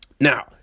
Now